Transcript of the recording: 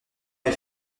est